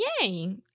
Yay